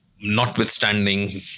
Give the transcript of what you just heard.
notwithstanding